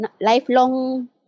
lifelong